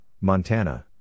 Montana